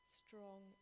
strong